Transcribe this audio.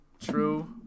True